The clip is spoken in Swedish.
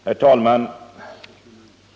Herr talman!